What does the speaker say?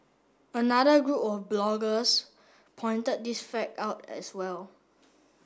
another group of bloggers pointed this fact out as well